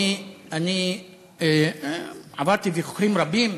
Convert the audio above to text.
ואני עברתי ויכוחים רבים,